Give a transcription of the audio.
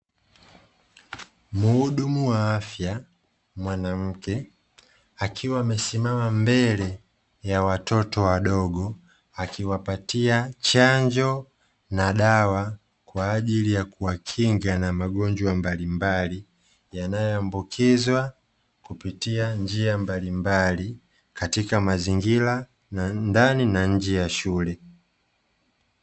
Muhudumu wa afya mwanamke akiwa amesimama mbele ya watoto wadogo, akiwapatia chanjo na dawa kwa ajili ya kuwakinga na magonjwa mbalimbali yanayoambukizwa kupitia njia mbalimbali katika mazingira ndani na nje ya shule.